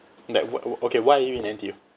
like wh~ okay why are you in N_T_U